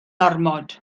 ormod